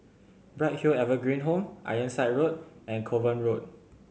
Bright Hill Evergreen Home Ironside Road and Kovan Road